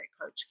coach